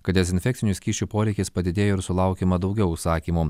kad dezinfekcinių skysčių poreikis padidėjo ir sulaukiama daugiau užsakymų